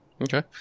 Okay